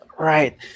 Right